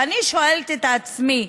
ואני שואלת את עצמי: